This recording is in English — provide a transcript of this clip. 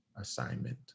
assignment